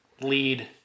lead